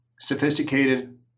sophisticated